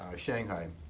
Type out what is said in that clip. shanghai.